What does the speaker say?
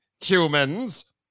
humans